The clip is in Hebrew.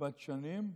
רבת-שנים בחברים,